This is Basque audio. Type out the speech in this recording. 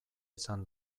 izan